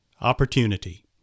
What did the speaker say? opportunity